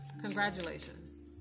Congratulations